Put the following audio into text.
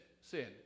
sin